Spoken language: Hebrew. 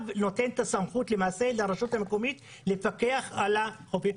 הצו נותן את הסמכות לרשות המקומית לפקח על החופים.